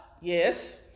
Yes